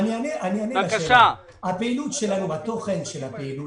באופן תיאורטי